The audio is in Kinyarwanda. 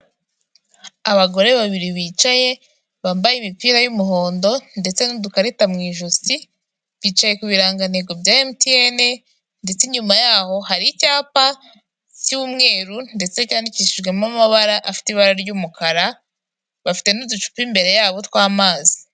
Ubwoko bw'amafaranga atandukanye kandi abarwa bitandukanye birimo biragaragara ko ari amafaranga yo mu bihugu bitandukanye rero buri gihugu kiba kigiye gifite amafaranga gikoresha amafaranga kandi ni meza kuko akora ibintu byinshi bitandukanye mirongo inani kwi ijana muri ubu buzima ni amafaranga cyane cyane ko usigaye ajya no kwa muganga mbere yuko uvurwa bikagusaba kubanza kwishyura nibwo uhita umenya akamaro k'amafaranga